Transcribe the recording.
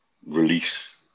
release